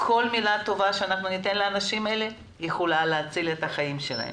כל מילה טובה שניתן לאנשים הללו יכולה להציל את חייהם.